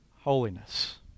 holiness